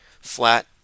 flat